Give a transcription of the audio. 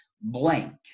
blank